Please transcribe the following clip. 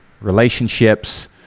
relationships